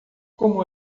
como